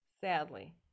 Sadly